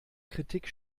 kritik